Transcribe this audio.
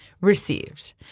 received